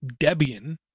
Debian